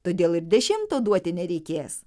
todėl ir dešimto duoti nereikės